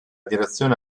direzione